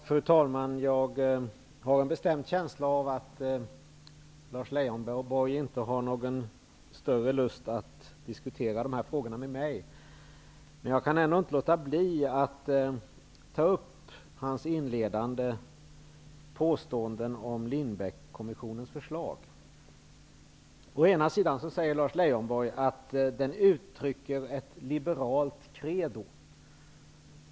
Fru talman! Jag har en bestämd känsla av att Lars Leijonborg inte har någon större lust att diskutera de här frågorna med mig, men jag kan ändå inte låta bli att ta upp hans inledande påståenden om Å ena sidan säger Lars Leijonborg att förslagen uttrycker ett liberalt credo.